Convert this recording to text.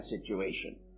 situation